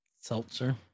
Seltzer